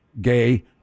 gay